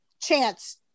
chance